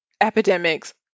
epidemics